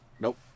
Nope